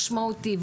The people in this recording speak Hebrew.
משמעותי,